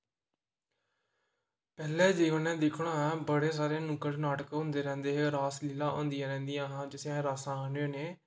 पैह्लें जीवन दिक्खो ना बड़े सारे नुक्कड़ नाटक होंदे रैंह्दे हे रासलीला होंदियां रैंह्दियां हां जिसी अस रासां आखने होन्ने